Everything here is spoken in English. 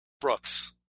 Brooks